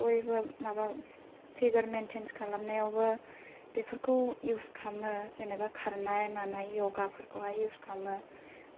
बयबो माबा पिगार मेन्टेन्स खालामनायावबो बेफोरखौ इउस खालामो जेनोबा खारनाय मानाय य'गा फोरखौहाय इउस खालामो